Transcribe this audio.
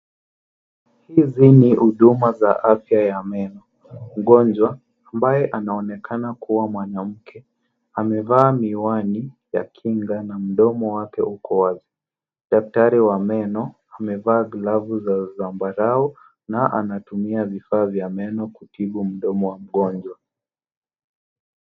Hizi ni huduma za afya za meno . Mgonjwa, ambaye anaonekana kuwa mwanamke, amevaa miwani ya kinga na mdomo wake uko wazi. Daktari wa meno amevaa glavu za zambarau na anatumia vifaa vya meno kutibu mdomo wa mgonjwa.